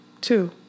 Two